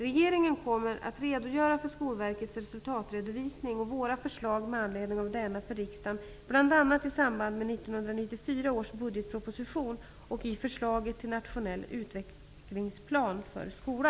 Regeringen kommer att inför riksdagen redogöra för Skolverkets resultatredovisning och våra förslag med anledning av denna, bl.a. i samband med 1994